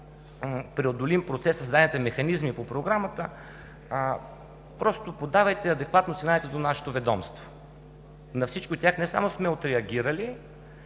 преодолим процес, знаете, има механизми по програмата, просто подавайте адекватно сигналите до нашето ведомство. На всички от тях не само сме отреагирали,